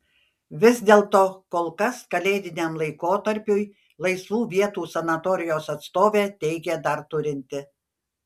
vis dėlto kol kas kalėdiniam laikotarpiui laisvų vietų sanatorijos atstovė teigė dar turinti